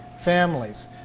families